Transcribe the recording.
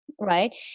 right